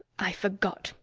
i forgot.